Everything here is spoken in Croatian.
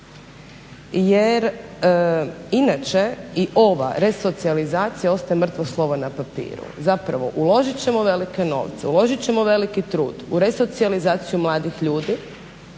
jer inače i ova resocijalizacija ostaje mrtvo slovo na papiru. Zapravo uložit ćemo velike novce, uložit ćemo veliki trud u resocijalizaciju mladih ljudi